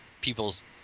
people's